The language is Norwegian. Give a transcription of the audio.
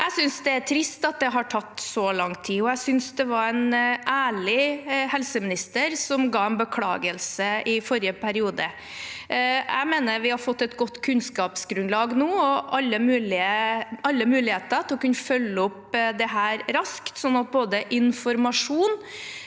Jeg synes det er trist at det har tatt så lang tid, og jeg syntes det var en ærlig helseminister som ga en beklagelse i forrige periode. Jeg mener vi nå har fått et godt kunnskapsgrunnlag og alle muligheter til å kunne følge opp dette raskt, slik at informasjon